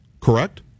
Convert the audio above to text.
correct